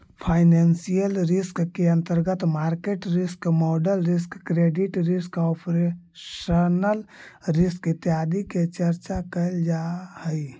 financial risk के अंतर्गत market risk, model risk, credit risk, operational risk इत्यादि के चर्चा कैल जा हई